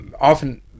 often